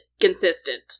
consistent